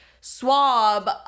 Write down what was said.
swab